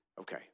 Okay